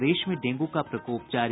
प्रदेश में डेंगू का प्रकोप जारी